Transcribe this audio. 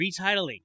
retitling